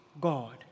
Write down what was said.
God